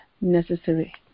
necessary